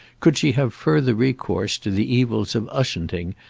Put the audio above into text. could she have further recourse to the evils of ushanting,